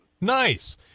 Nice